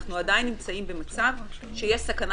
אנחנו עדיין נמצאים במצב שיש סכנה